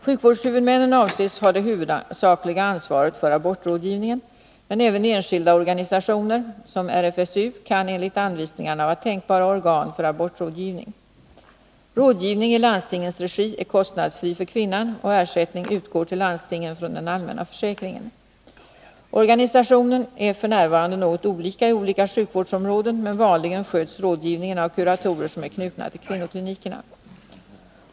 Sjukvårdshuvudmännen avses ha det huvudsakliga ansvaret för abortrådgivningen, men även enskilda organisationer som RFSU kan enligt anvisningarna vara tänkbara organ för abortrådgivningen. Rådgivning i landstingens regi är kostnadsfri för kvinnan och ersättning utgår till landstingen från den allmänna försäkringen. Organisationen är f.n. något olika i olika sjukvårdsområden, men vanligen sköts rådgivningen av kuratorer som är knutna till kvinnoklinikerna.